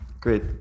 Great